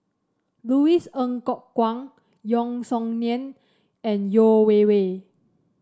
Louis Ng Kok Kwang Yeo Song Nian and Yeo Wei Wei